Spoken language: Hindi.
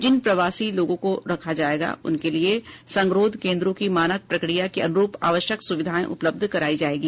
जिन प्रवासी लोगों को रखा जायेगा उनके लिए संगरोध केंद्रों की मानक प्रक्रिया के अनुरुप आवश्यक सुविधाएं उपलब्ध करायी जायेगी